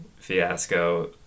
fiasco